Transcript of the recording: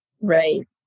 Right